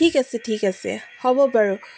ঠিক আছে ঠিক আছে হ'ব বাৰু